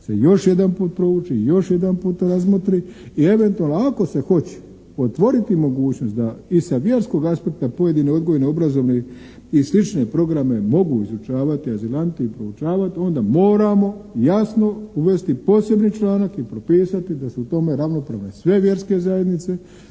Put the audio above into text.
se još jedanput prouči i još jedanput razmotri i eventualno ako se hoće otvoriti mogućnost da i sa vjerskog aspekta pojedine odgojne, obrazovne i slične programe mogu izučavati azilanti i proučavati onda moramo jasno uvesti posebni članak i propisati da su u tome ravnopravne sve vjerske zajednice